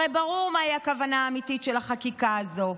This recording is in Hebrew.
הרי ברור מהי הכוונה האמיתית של החקיקה הזו,